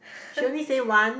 she only say once